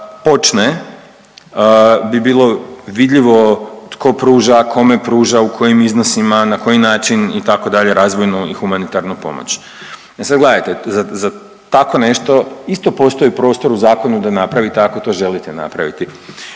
počne bi bilo vidljivo tko pruža, kome pruža, u kojim iznosima, na koji način itd. razvojnu i humanitarnu pomoć. E sad gledajte, za tako nešto isto postoji prostor u zakonu da napravite ako to želite napraviti.